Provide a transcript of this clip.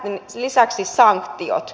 sen lisäksi sanktiot